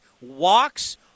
Walks